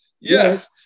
Yes